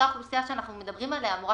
אותה אוכלוסייה שאנחנו מדברים עליה אמורה